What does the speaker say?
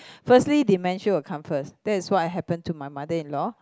firstly dementia will come first that's what happened to my mother-in-law